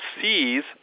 sees